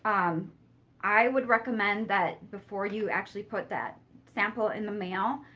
um um i would recommend that, before you actually put that sample in the mail,